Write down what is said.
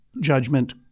judgment